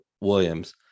Williams